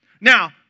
Now